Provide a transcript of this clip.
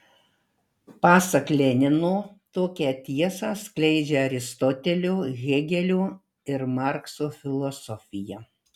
pasak lenino tokią tiesą skleidžia aristotelio hėgelio ir markso filosofija